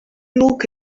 look